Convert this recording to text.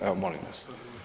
Evo molim vas.